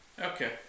Okay